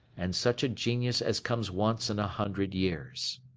and such a genius as comes once in a hundred years.